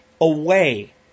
away